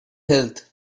health